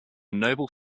noble